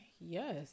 yes